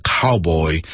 cowboy